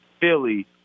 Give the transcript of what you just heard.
Philly